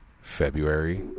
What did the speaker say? February